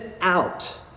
out